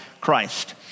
Christ